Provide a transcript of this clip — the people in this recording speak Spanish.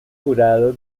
jurado